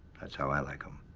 that's how i like em.